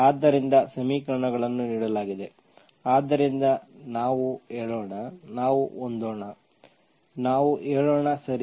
ಆದ್ದರಿಂದ ಸಮೀಕರಣಗಳನ್ನು ನೀಡಲಾಗಿದೆ ಆದ್ದರಿಂದ ನಾವು ಹೇಳೋಣ ನಾವು ಹೊಂದೋಣ ನಾವು ಹೇಳೋಣ ನಾವು ಹೇಳೋಣ ಸರಿ